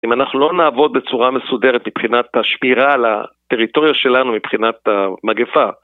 אם אנחנו לא נעבוד בצורה מסודרת מבחינת השמירה על הטריטוריה שלנו מבחינת המגפה.